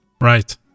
Right